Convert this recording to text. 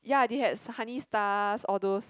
ya they had Ho~ Honey Stars all those